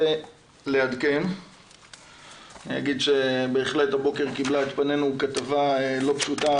אני אגיד שבהחלט הבוקר קיבלה את פנינו כתבה לא פשוטה